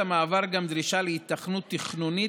הוראת המעבר כללה גם דרישה להיתכנות תכנונית